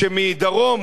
כשמדרום,